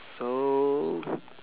so